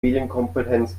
medienkompetenz